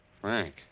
Frank